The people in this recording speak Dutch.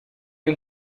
een